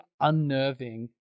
unnerving